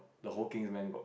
the whole Kingsman got